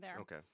okay